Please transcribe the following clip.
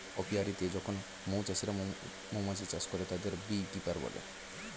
অপিয়া রীতে যখন মৌ চাষিরা মৌমাছি চাষ করে, তাদের বী কিপার বলে